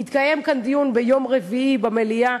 יתקיים כאן דיון ביום רביעי במליאה,